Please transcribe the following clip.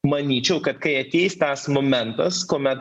manyčiau kad kai ateis tas momentas kuomet